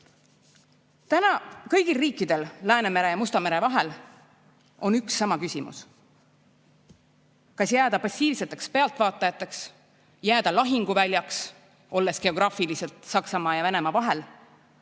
on kõigil riikidel Läänemere ja Musta mere vahel üks ja sama küsimus: kas jääda passiivseks pealtvaatajaks, jääda lahinguväljaks, olles geograafiliselt Saksamaa ja Venemaa vahel,